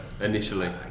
initially